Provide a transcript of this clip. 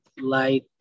light